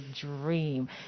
dream